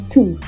Two